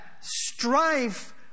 strife